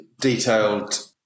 detailed